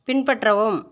பின்பற்றவும்